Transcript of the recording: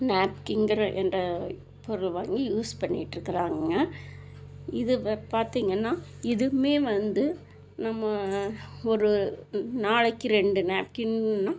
நேப்கின்கிற என்ற பொருள் வாங்கி யூஸ் பண்ணிகிட்டு இருக்கிறாங்கங்க இது இப்போ பார்த்திங்கன்னா இதுவும் வந்து நம்ம ஒரு நாளைக்கு ரெண்டு நேப்கின்